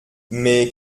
mais